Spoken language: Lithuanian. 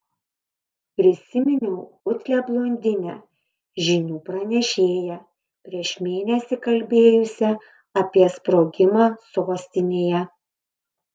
prisiminiau putlią blondinę žinių pranešėją prieš mėnesį kalbėjusią apie sprogimą sostinėje